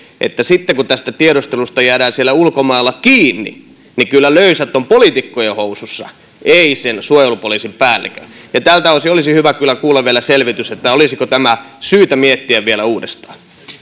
että sitten kun tästä tiedustelusta jäädään siellä ulkomailla kiinni niin kyllä löysät on poliitikkojen housuissa ei sen suojelupoliisin päällikön tältä osin olisi hyvä kyllä kuulla vielä selvitys olisiko tämä syytä miettiä vielä uudestaan